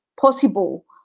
possible